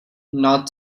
not